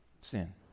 Sin